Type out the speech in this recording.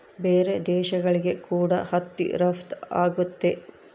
ಬೇರೆ ದೇಶಗಳಿಗೆ ಕೂಡ ಹತ್ತಿ ರಫ್ತು ಆಗುತ್ತೆ